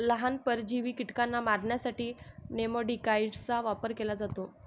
लहान, परजीवी कीटकांना मारण्यासाठी नेमॅटिकाइड्सचा वापर केला जातो